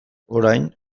orain